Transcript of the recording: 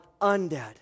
undead